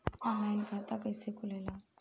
Online खाता कइसे खुलेला?